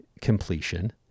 completion